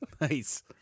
Nice